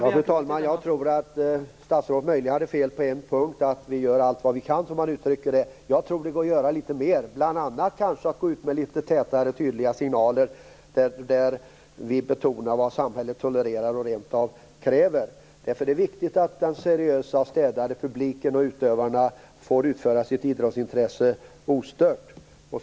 Fru talman! Jag tror att statsrådet hade fel på en punkt. Han sade att man gör allt vad man kan. Men jag tror att det går att göra litet mera. Man kan bl.a. gå ut med litet tätare och tydligare signaler där det betonas vad samhället tolererar eller rent av kräver. Det är viktigt att den städade och seriösa publiken och utövarna ostört får ägna sig åt sin idrott.